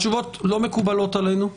לא מקובלות עלינו.